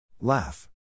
Laugh